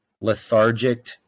lethargic